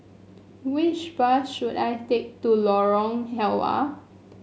which bus should I take to Lorong Halwa